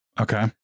Okay